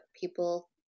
People